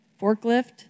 forklift